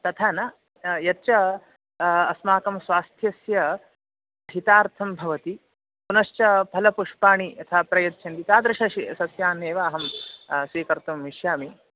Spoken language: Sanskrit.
तथा न यच्च अस्माकं स्वास्थ्यस्य हितार्थं भवति पुनश्च फलपुष्पाणि यथा प्रयच्छन्ति तादृशं सस्यानि एव अहं स्वीकर्तुम् इच्छामि